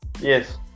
Yes